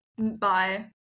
Bye